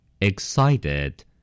Excited